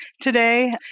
today